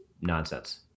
nonsense